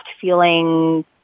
feeling